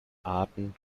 atem